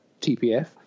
TPF